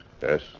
Yes